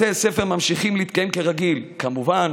בתי הספר ממשיכים להתקיים כרגיל, כמובן